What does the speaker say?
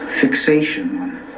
fixation